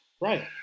Right